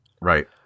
Right